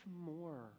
more